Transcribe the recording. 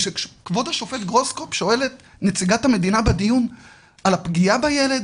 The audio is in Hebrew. כשכבוד השופט גרוסקופף שואל את נציגת המדינה בדיון על הפגיעה בילד,